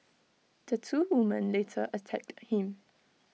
the two women later attacked him